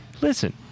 listen